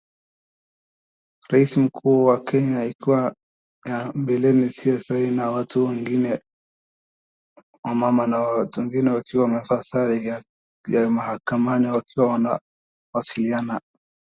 Rais mkuu wa Kenya akiwa mbele si ya sa hii na watu wengine, mama na watu wengine wakiwa wamevaa sare ya mahakamani wakiwa wanawasiliana.